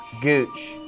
Gooch